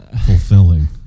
fulfilling